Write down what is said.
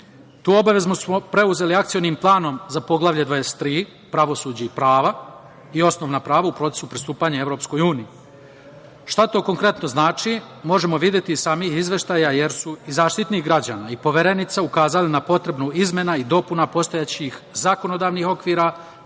obavezu smo preuzeli Akcionim planom za Poglavlje 23 – Pravosuđe i prava i osnovna prava u procesu pristupanja EU.Šta to konkretno znači možemo videti iz samih izveštaja, jer su i Zaštitnik građana i Poverenica ukazali na potrebu izmena i dopuna postojećih zakonodavnih okvira